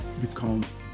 becomes